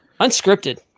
Unscripted